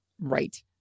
Right